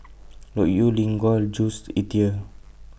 Loke Yew Lin Gao and Jules Itier